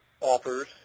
offers